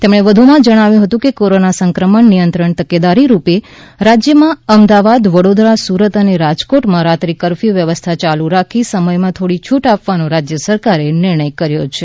તેમણે વધુમાં જણાવ્યુ હતું કે કોરોના સંક્રમણ નિયંત્રણ તકેદારી રૂપે રાજ્યમાં અમદાવાદ વડોદરા સુરત અને રાજકોટમાં રાત્રિ કરફયુ વ્યવસ્થા ચાલુ રાખી સમયમાં થોડી છૂટ આપવાનો રાજ્ય સરકારે નિર્ણય કર્યો છે